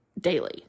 daily